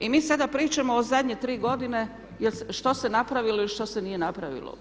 I mi sada pričamo o zadnje tri godine što se napravilo ili što se nije napravilo.